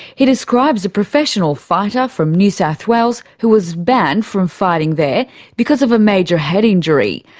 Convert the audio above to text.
he describes a professional fighter from new south wales who was banned from fighting there because of a major head injury.